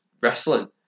wrestling